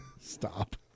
stop